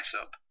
up